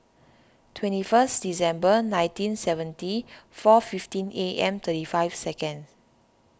twenty first December nineteen seventy four fifteen A M thirty five seconds